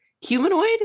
humanoid